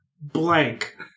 blank